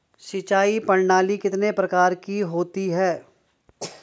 सिंचाई प्रणाली कितने प्रकार की होती हैं?